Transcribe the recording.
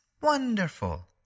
wonderful